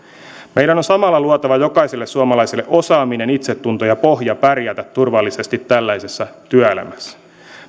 meidän on samalla luotava jokaiselle suomalaiselle osaaminen itsetunto ja pohja pärjätä turvallisesti tällaisessa työelämässä